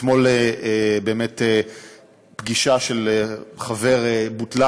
באמת אתמול פגישה של חבר בוטלה,